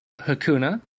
Hakuna